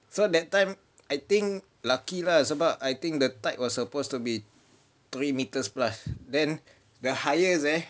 so that time I think lucky lah sebab I think the tide was supposed to be three metres plus then the highest eh